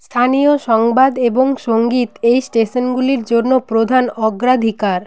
স্থানীয় সংবাদ এবং সঙ্গীত এই স্টেশনগুলির জন্য প্রধান অগ্রাধিকার